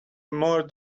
more